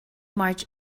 march